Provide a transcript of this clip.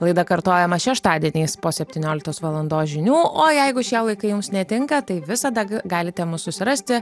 laida kartojama šeštadieniais po septyniokltos valandos žinių o jeigu šie laikai jums netinka tai visada galite mus susirasti